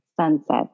Sunset